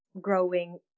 growing